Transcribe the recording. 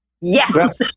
Yes